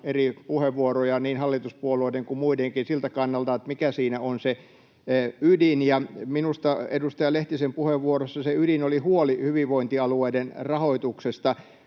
eri puheenvuoroja — niin hallituspuolueiden kuin muidenkin — siltä kannalta, mikä siinä on se ydin. Ja minusta edustaja Lehtisen puheenvuorossa se ydin oli huoli hyvinvointialueiden rahoituksesta.